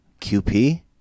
qp